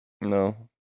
no